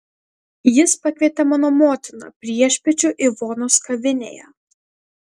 jis pakvietė mano motiną priešpiečių ivonos kavinėje